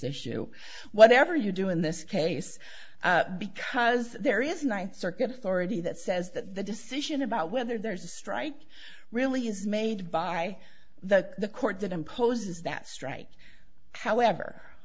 issue whatever you do in this case because there is ninth circuit's already that says that the decision about whether there's a strike really is made by the court that imposes that strike however